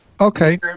Okay